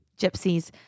gypsies